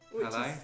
Hello